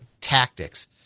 tactics